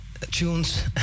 tunes